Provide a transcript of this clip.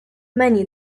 menu